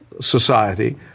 society